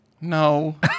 No